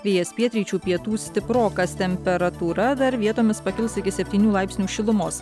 vėjas pietryčių pietų stiprokas temperatūra dar vietomis pakils iki septynių laipsnių šilumos